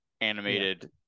animated